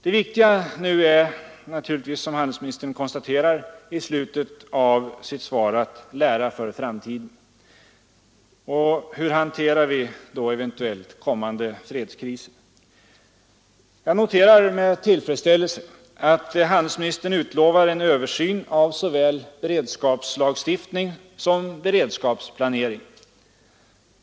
Det viktiga nu är naturligtvis, som handelsministern konstaterar i slutet av sitt svar, att lära för framtiden. Hur hanterar vi eventuella kommande fredskriser? Jag noterar med tillfredsställelse att handelsministern utlovar en översyn av såväl beredskapslagstiftning som beredskapsplanering.